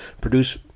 produce